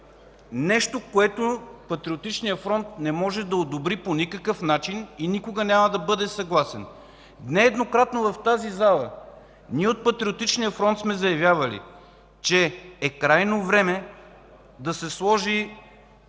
Нещо, което Патриотичният фронт не може да одобри по никакъв начин и никога няма да бъде съгласен. Нееднократно в тази зала от Патриотичния фронт сме заявявали, че е крайно време да се сложи